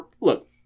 look